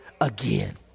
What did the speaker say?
again